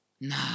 nah